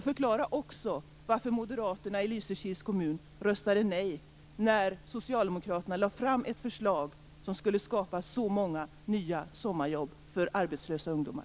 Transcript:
Förklara också varför moderaterna i Lysekils kommun röstade nej när socialdemokraterna lade fram ett förslag som skulle skapa så många nya sommarjobb för arbetslösa ungdomar.